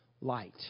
light